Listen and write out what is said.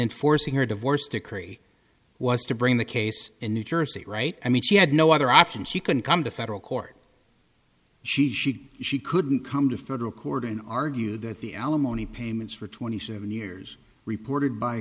enforcing her divorce decree was to bring the case in new jersey right i mean she had no other option she couldn't come to federal court she she she couldn't come to federal court and argue that the alimony payments for twenty seven years reported by